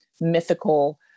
mythical